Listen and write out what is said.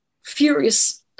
furious